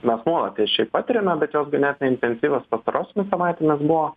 mes nuolat jas šiaip patriame bet jos ganėtinai intensyvios pastarosiomis savaitėmis buvo